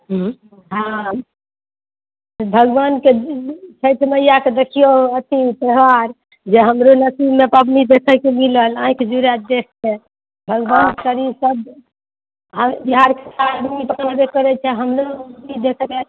हँ भगवानकेँ छठि मैआकेँ देखिऔ अथी त्यौहार जे हमरो नसीबमे पबनी देखैकेँ मिलल आँखि जुड़ाएल देखिके भगवान शरीर सब दै बिहारके आदमी एतबा जे करैत छै हमरो एक रत्ती देखबै दिअ